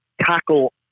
tackle